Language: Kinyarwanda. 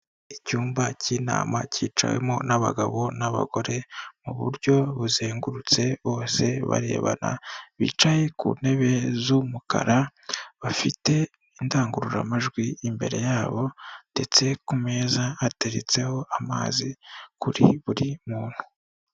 Icyumba k'inama kicawemo n'abagabo n'abagore mu buryo buzengurutse bose barebana, bicaye ku ntebe z'umukara bafite indangururamajwi imbere yabo, ndetse ku meza hateretseho amazi kuri buri muntu.